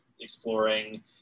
exploring